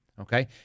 Okay